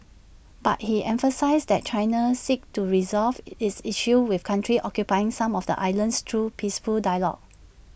but he emphasised that China seeks to resolve its issues with countries occupying some of the islands through peaceful dialogue